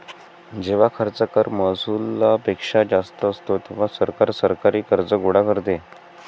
जेव्हा खर्च कर महसुलापेक्षा जास्त असतो, तेव्हा सरकार सरकारी कर्ज गोळा करते